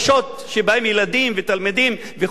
בהם תלמידים וילדים וכו' וכו',